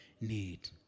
need